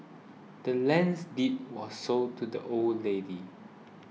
the land's deed was sold to the old lady